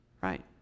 Right